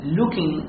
looking